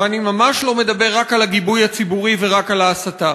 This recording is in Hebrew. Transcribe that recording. ואני ממש לא מדבר רק על הגיבוי הציבורי ורק על ההסתה,